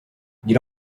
you